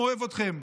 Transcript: אוהב אתכם.